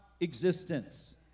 existence